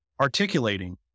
articulating